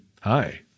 hi